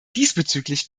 diesbezüglich